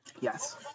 yes